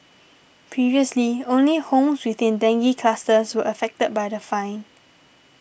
previously only homes within dengue clusters were affected by the fine